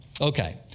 Okay